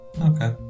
okay